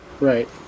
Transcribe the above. Right